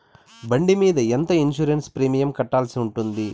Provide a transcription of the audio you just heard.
బండి మీద ఎంత ఇన్సూరెన్సు ప్రీమియం కట్టాల్సి ఉంటుంది?